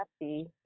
happy